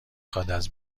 خواد، از